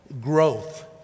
growth